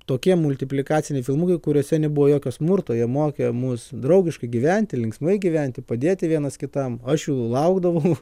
tokie multiplikaciniai filmukai kuriuose nebuvo jokio smurto jie mokė mus draugiškai gyventi linksmai gyventi padėti vienas kitam aš jų laukdavau